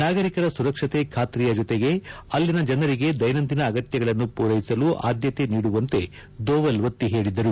ನಾಗರಿಕರ ಸುರಕ್ಷತೆ ಬಾತ್ರಿಯ ಜೊತೆಗೆ ಅಲ್ಲಿನ ಜನರಿಗೆ ದೈನಂದಿನ ಅಗತ್ಯಗಳನ್ನು ಪೂರೈಸಲು ಆದ್ಯತೆ ನೀಡುವಂತೆ ದೋವಲ್ ಒತ್ತಿ ಹೇಳದರು